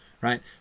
right